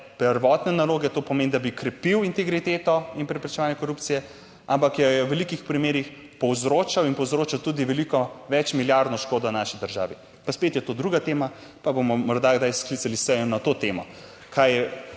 prvotne naloge, to pomeni, da bi krepil integriteto in preprečevanje korupcije, ampak jo je v velikih primerih povzročal in povzročil tudi veliko večmilijardno škodo naši državi. Pa spet je to druga tema, pa bomo morda kdaj sklicali sejo na to temo, kaj je